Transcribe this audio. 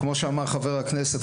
כמו שאמר חבר הכנסת,